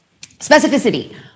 specificity